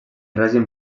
règim